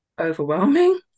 Overwhelming